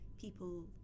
people